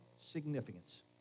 significance